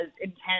intense